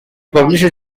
published